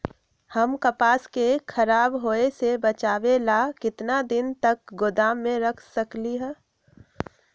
हम कपास के खराब होए से बचाबे ला कितना दिन तक गोदाम में रख सकली ह?